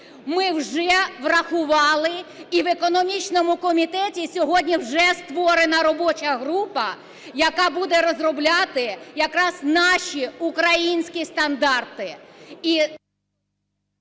Ми вже врахували і в економічному комітеті сьогодні вже створена робоча група, яка буде розробляти якраз наші українські стандарти.